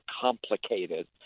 complicated